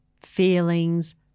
feelings